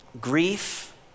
grief